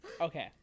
okay